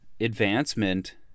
advancement